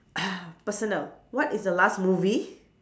uh personal what is the last movie